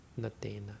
natena